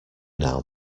now